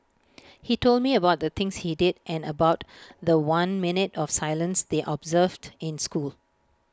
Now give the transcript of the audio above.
he told me about the things he did and about The One minute of silence they observed in school